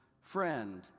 friend